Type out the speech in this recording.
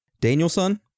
Danielson